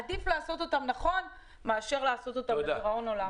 עדיף לעשות אותם נכון מאשר לעשות אותם לדיראון עולם.